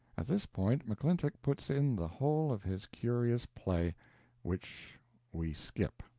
at this point mcclintock puts in the whole of his curious play which we skip.